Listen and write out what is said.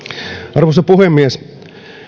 arvoisa puhemies